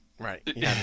Right